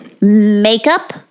Makeup